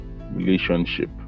relationship